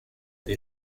des